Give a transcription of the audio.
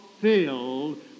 filled